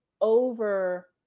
over